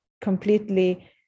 completely